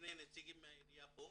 שני נציגים מהעירייה פה.